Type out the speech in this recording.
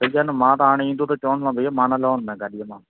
सही आहे न मां त हाणे ईंदो त चवंदोमांसि भैया मां त हाणे न लवंदोमांए गाॾीअ मां